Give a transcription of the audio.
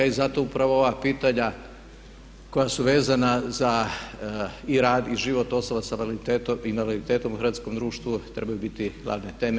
I zato upravo ova pitanja koja su vezana za i rad i život osoba sa invaliditetom u hrvatskom društvu trebaju biti glavne teme.